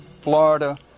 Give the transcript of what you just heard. Florida